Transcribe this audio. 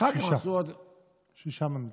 שישה מנדטים.